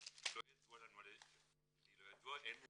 בדק ואיזה מסמכים הבנק כן קיבל ואיזה